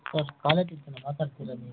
sir ಕಾಲೇಜಿಂದನಾ ಮಾತಾಡ್ತಿರೋದು ನೀವು